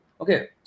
okay